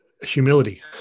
humility